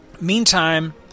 Meantime